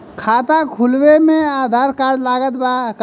खाता खुलावे म आधार कार्ड लागत बा का?